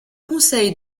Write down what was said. conseil